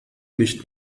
nicht